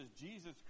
jesus